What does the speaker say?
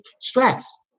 stress